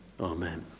Amen